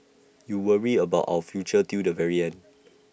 you worry about our future till the very end